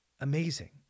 amazing